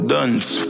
Dance